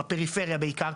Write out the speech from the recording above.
בפריפריה בעיקר,